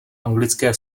anglické